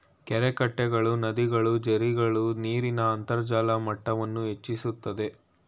ಕೆರೆಕಟ್ಟೆಗಳು, ನದಿಗಳು, ಜೆರ್ರಿಗಳು ನೀರಿನ ಅಂತರ್ಜಲ ಮಟ್ಟವನ್ನು ಹೆಚ್ಚಿಸುತ್ತದೆ